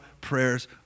prayers